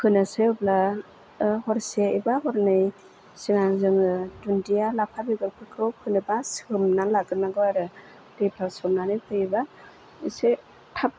फोनोसै अब्ला हरसे एबा हरनै सिगां जोङो दुन्डिया लाफा बेगरफोरखौ फोनोबा सोमनानै लाग्रोनांगौ आरो दैफ्राव सोमनानै फोयोबा एसे थाब